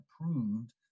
approved